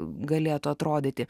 galėtų atrodyti